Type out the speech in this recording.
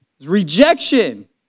Rejection